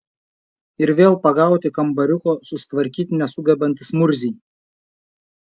ir vėl pagauti kambariuko susitvarkyti nesugebantys murziai